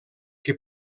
que